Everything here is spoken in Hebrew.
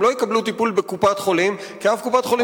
הם לא יקבלו טיפול בקופת-חולים כי אף קופת-חולים לא,